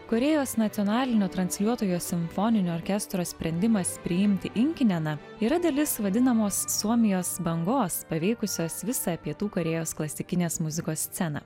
korėjos nacionalinio transliuotojo simfoninio orkestro sprendimas priimti inkineną yra dalis vadinamos suomijos bangos paveikusios visą pietų korėjos klasikinės muzikos sceną